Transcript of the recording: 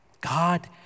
God